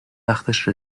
وقتش